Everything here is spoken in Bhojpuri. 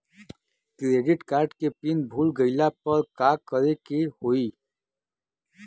क्रेडिट कार्ड के पिन भूल गईला पर का करे के होई?